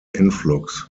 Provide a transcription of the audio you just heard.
influx